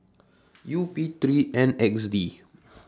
U P three N X D